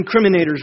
incriminators